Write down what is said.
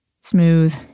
smooth